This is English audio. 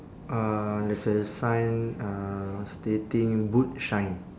uh there's a sign uh stating boot shine